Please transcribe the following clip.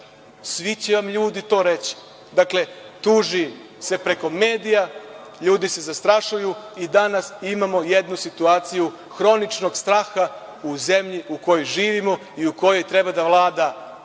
Svi će vam ljudi to reći. Dakle, tuži se preko medija, ljudi se zastrašuju, i danas imamo jednu situaciju hroničnog straha u zemlji u kojoj živimo i u kojoj treba da vlada